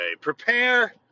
prepare